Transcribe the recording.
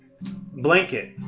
blanket